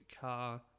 car